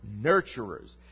nurturers